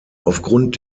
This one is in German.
aufgrund